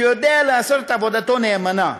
שיודע לעשות עבודתו נאמנה.